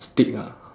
stick ah